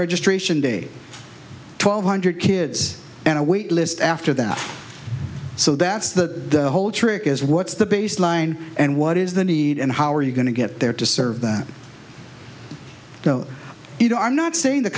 registration day twelve hundred kids and a wait list after that so that's the whole trick is what's the baseline and what is the need and how are you going to it there to serve that you know i'm not saying the